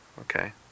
okay